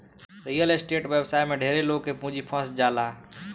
real estate व्यवसाय में ढेरे लोग के पूंजी फंस जाला